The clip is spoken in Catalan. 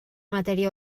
matèria